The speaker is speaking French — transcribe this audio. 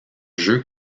jeu